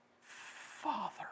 Father